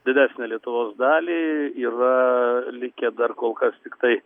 didesnę lietuvos dalį yra likę dar kol kas tiktai